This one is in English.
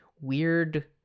weird